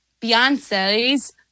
beyonce's